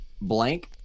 blank